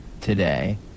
today